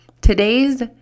Today's